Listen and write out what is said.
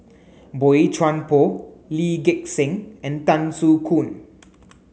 Boey Chuan Poh Lee Gek Seng and Tan Soo Khoon